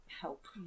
help